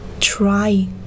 try